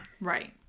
Right